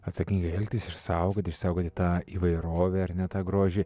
atsakingai elgtis išsaugoti išsaugoti tą įvairovę ar ne tą grožį